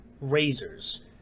Razors